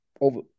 over